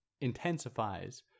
intensifies